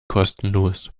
kostenlos